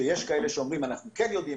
שיש כאלה שאומרים: אנחנו כן יודעים,